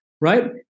right